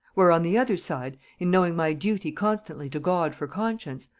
where on the other side, in knowing my duty constantly to god for conscience,